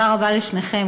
תודה רבה לשניכם,